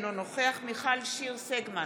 אינו נוכח מיכל שיר סגמן,